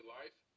life